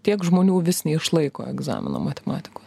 tiek žmonių vis neišlaiko egzamino matematikos